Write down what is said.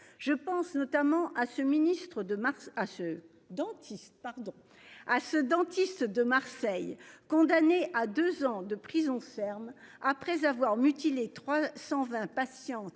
ce dentiste pardon, ah ce dentiste de Marseille. Condamné à 2 ans de prison ferme après avoir mutilé 320 patientes